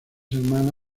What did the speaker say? hermana